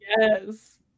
Yes